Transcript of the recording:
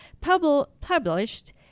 published